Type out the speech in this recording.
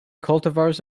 cultivars